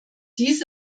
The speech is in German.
dies